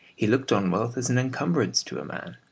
he looked on wealth as an encumbrance to a man.